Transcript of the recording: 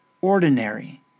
ordinary